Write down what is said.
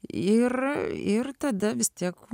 ji ir ir tada vis tiek